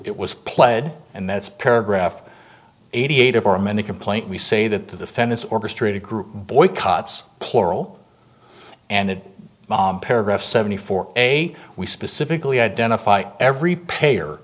it was pled and that's paragraph eighty eight of our men the complaint we say that the defendants orchestrated group boycotts plural and paragraph seventy four a we specifically identify every pay